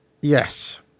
yes